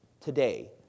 today